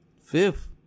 Fifth